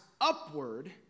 upward